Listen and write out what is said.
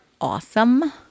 awesome